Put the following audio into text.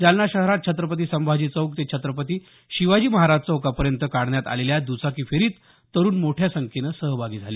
जालना शहरात छत्रपती संभाजी चौक ते छत्रपती शिवाजी महाराज चौकापर्यंत काढण्यात आलेल्या दुचाकी फेरीत तरुण मोठ्या संख्येनं सहभागी झाले